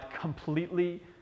completely